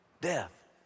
death